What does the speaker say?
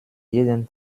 jeden